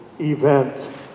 event